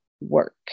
work